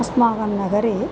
अस्माकं नगरे